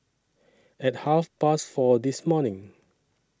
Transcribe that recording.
At Half Past four This morning